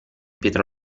pietra